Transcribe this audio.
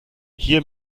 hier